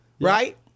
Right